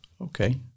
okay